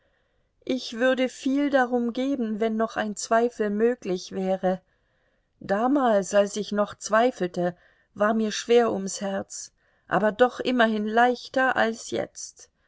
ich würde viel darum geben wenn noch ein zweifel möglich wäre damals als ich noch zweifelte war mir schwer ums herz aber doch immerhin leichter als jetzt